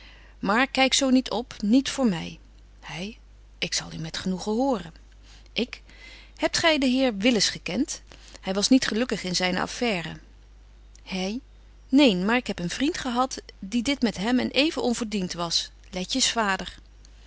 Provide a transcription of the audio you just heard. maar kyk zo niet op niet voor my betje wolff en aagje deken historie van mejuffrouw sara burgerhart hy ik zal u met genoegen horen ik hebt gy den heer willis gekent hy was niet gelukkig in zyne affaire hy neen maar ik heb een vriend gehad die dit met hem en even onverdient was letjes